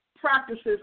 practices